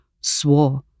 swore